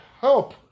help